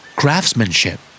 craftsmanship